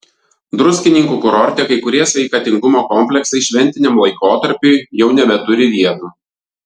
druskininkų kurorte kai kurie sveikatingumo kompleksai šventiniam laikotarpiui jau nebeturi vietų